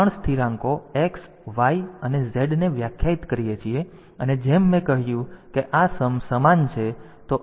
તેથી આપણે 3 સ્થિરાંકો X Y અને Z વ્યાખ્યાયિત કરીએ છીએ અને જેમ મેં કહ્યું કે આ સમ સમાન છે